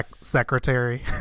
Secretary